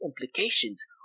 implications